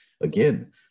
Again